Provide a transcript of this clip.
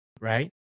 right